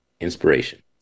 inspiration